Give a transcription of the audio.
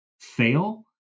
fail